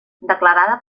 declarada